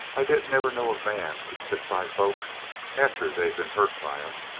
i didn't ever know a man could stick by folks after they'd been hurt by em.